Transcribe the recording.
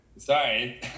Sorry